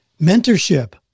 Mentorship